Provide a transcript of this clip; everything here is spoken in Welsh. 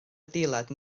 adeilad